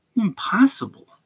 Impossible